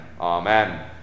Amen